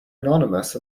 anonymous